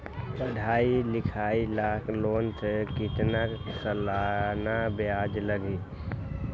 पढाई लिखाई ला लोन के कितना सालाना ब्याज लगी?